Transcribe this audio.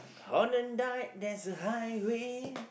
on a dark there's a highway